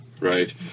Right